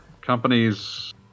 Companies